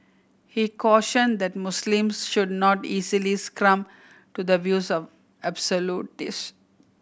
he cautioned that Muslims should not easily succumb to the views of absolutist